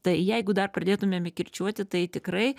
tai jeigu dar pradėtumėme kirčiuoti tai tikrai